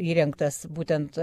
įrengtas būtent